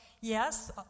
Yes